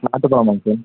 நாட்டுப் பழமாங்க சார்